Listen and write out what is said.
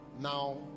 Now